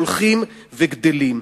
הולכים וגדלים.